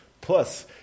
plus